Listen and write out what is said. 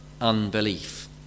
unbelief